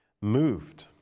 moved